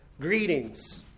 greetings